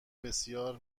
بسیار